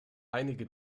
einige